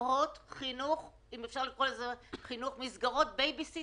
לזכור שכל שבוע שמערכת החינוך מושבתת גורע מהתוצר של המשק 2.6 מיליארד